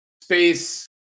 space